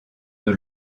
dans